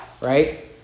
right